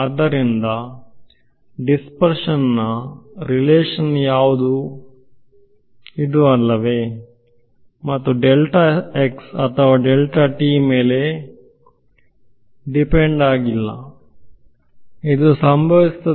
ಆದ್ದರಿಂದ ದಿಸ್ಪರ್ಶನ್ ನ ರಿಲೇಶನ್ ಯಾವುದು ಇದು ಅಲ್ಲವೇ ಮತ್ತು ಅಥವಾ ಮೇಲೆ ಅವಲಂಬಿಸಿರುವುದಿಲ್ಲ